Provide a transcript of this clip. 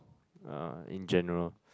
uh in general